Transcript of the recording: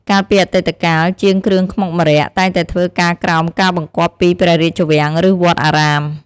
កាលពីអតីតកាល ជាងគ្រឿងខ្មុកម្រ័ក្សណ៍តែងតែធ្វើការក្រោមការបង្គាប់ពីព្រះរាជវាំង ឬវត្តអារាម។